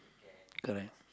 correct